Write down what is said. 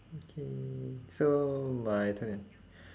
okay so my turn ah